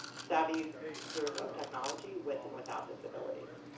savvy users of technology with and without disabilities.